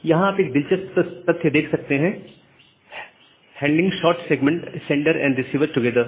यहां आप एक दिलचस्प तथ्य देख सकते हैं "handling short segment sender and receiver together"